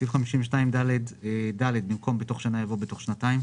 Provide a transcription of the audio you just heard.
בסעיף 52ד(ג), במקום "6%" יבוא "3.5%".